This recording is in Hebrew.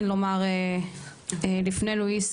לפני לואיס,